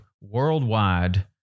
worldwide